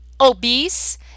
obese